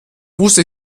wusste